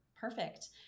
perfect